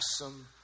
awesome